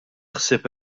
ħsieb